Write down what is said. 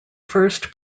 first